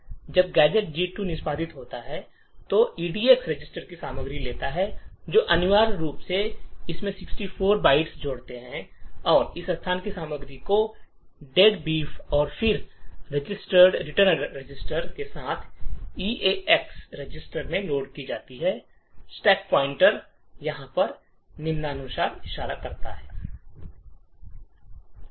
जब gadget G2 निष्पादित होता है तो यह एडक्स रजिस्टर की सामग्री लेता है जो अनिवार्य रूप से पता है इसमें 64 बाइट्स जोड़ते हैं और इस स्थान की सामग्री जो डेडबीफ "deadbeaf" है फिर रिटर्न रजिस्टर के समय ईएएक्स रजिस्टर में लोड की जाती है स्टैक पॉइंटर यहाँ पर निम्नानुसार इशारा कर रहा है